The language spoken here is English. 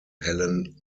helen